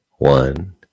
One